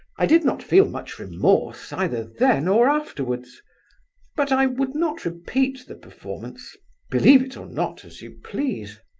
i did not feel much remorse either then or afterwards but i would not repeat the performance believe it or not as you please.